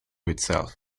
itself